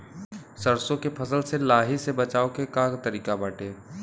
सरसो के फसल से लाही से बचाव के का तरीका बाटे?